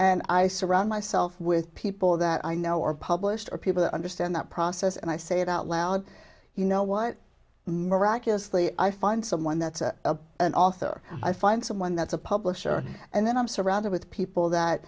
and i surround myself with people that i know are published or people that understand that process and i say it out loud you know what miraculously i find someone that's a an author i find someone that's a publisher and then i'm surrounded with people that